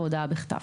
בהודעה בכתב: